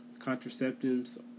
contraceptives